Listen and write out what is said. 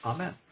Amen